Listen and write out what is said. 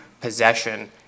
possession